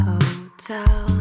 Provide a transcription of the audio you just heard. Hotel